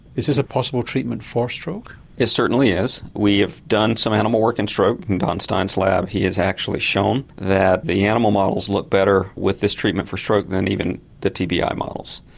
is this a possible treatment for stroke? it certainly is, we have done some animal work in stroke, in don stein's lab he has actually shown that the animal models look better with this treatment for stroke than even the tbi ah models.